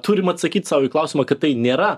turim atsakyt sau į klausimą kad tai nėra